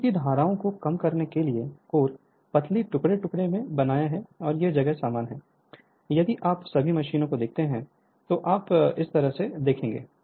एड़ी की धाराओं को कम करने के लिए कोर पतली टुकड़े टुकड़े से बना है यह हर जगह समान है यदि आप सभी मशीनों को देखते हैं तो आप इस तरह से देखेंगे